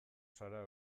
zara